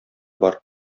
бар